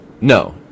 No